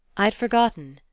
i'd forgotten.